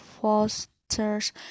fosters